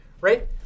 right